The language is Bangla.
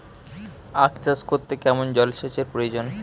আখ চাষ করতে কেমন জলসেচের প্রয়োজন?